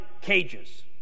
cages